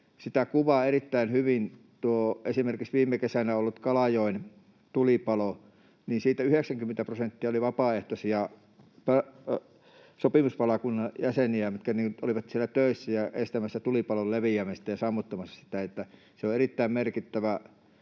Sitä kuvaa erittäin hyvin esimerkiksi viime kesänä ollut Kalajoen tulipalo. Siinä 90-prosenttia oli vapaaehtoisia sopimuspalokunnan jäseniä, jotka olivat siellä töissä ja estämässä tulipalon leviämistä ja sammuttamassa sitä. Se on erittäin merkittävä